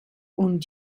und